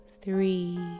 three